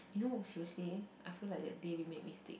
you know seriously I feel like that day we make mistake